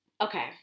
okay